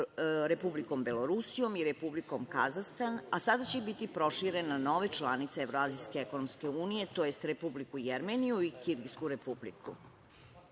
Republikom Belorusijom i Republikom Kazahstan, a sada će biti proširena na nove članice Evroazijske ekonomske unije, tj. Republiku Jermeniju i Kirgijsku Republiku. Do